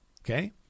Okay